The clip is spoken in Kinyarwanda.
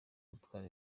gutwara